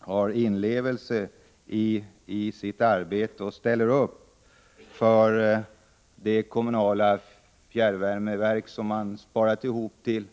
och även med inlevelse i sitt arbete, ställer upp för de kommunala fjärrvärmeverk som man sparat ihop till.